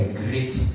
great